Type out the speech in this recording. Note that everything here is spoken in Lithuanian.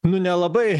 nu nelabai